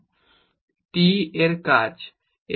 এরা হল t এর ফাংশন